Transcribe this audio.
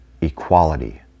equality